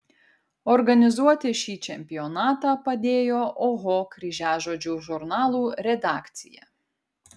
organizuoti šį čempionatą padėjo oho kryžiažodžių žurnalų redakcija